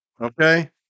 okay